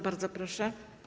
Bardzo proszę.